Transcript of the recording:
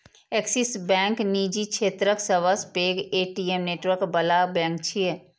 Axis bank निजी क्षेत्रक सबसं पैघ ए.टी.एम नेटवर्क बला बैंक छियै